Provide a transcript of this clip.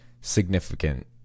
significant